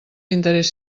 interès